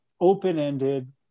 open-ended